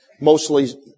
mostly